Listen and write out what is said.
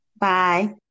Bye